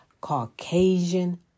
Caucasian